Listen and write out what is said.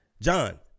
John